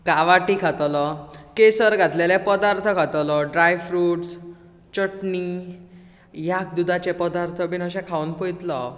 कावाटी खातलो केसर घातलेले पदार्थ खातलो ड्राय फ्रूट्स चटनी ह्याक दुदाचे पदार्थ बीन खावन पळतलों हांव